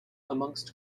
amongst